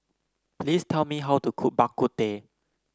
please tell me how to cook Bak Kut Teh